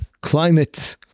climate